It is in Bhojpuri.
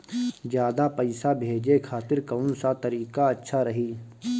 ज्यादा पईसा भेजे खातिर कौन सा तरीका अच्छा रही?